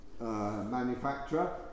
manufacturer